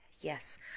Yes